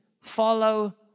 Follow